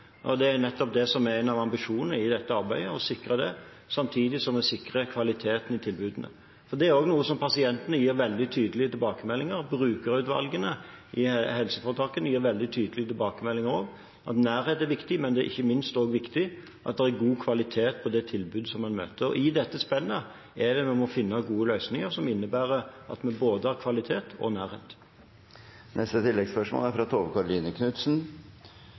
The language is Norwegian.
Det er nettopp en av ambisjonene i dette arbeidet å sikre det, samtidig som vi sikrer kvaliteten i tilbudene. Det er også noe som pasientene gir veldig tydelige tilbakemeldinger om. Brukerutvalgene i helseforetakene gir også veldig tydelige tilbakemeldinger om at nærhet er viktig, men det er ikke minst viktig at det er god kvalitet på det tilbudet som en møter. I dette spennet er det vi må finne gode løsninger som innebærer at vi både har kvalitet og nærhet. Tove Karoline Knutsen – til oppfølgingsspørsmål. Spørsmålet om sjukehusstrukturen handler veldig mye om fagkompetanse, og er